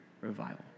revival